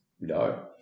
No